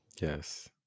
yes